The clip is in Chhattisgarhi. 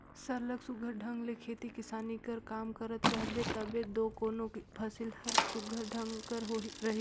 सरलग सुग्घर ढंग ले खेती किसानी कर काम करत रहबे तबे दो कोनो फसिल हर सुघर ढंग कर रही